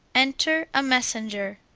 enter a messenger.